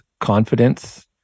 confidence